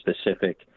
specific